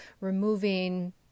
removing